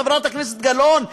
חברת הכנסת גלאון,